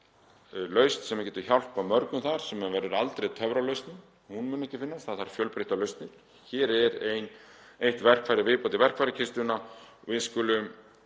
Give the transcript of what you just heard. lausn sem getur hjálpað mörgum — þetta verður aldrei töfralausn, hún mun ekki finnast, það þarf fjölbreyttar lausnir. Hér er eitt verkfæri í viðbót í verkfærakistuna og við skulum